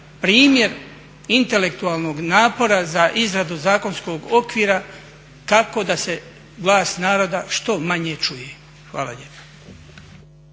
primjer intelektualnog napora za izradu zakonskog okvira kako da se glas naroda što manje čuje. Hvala lijepa.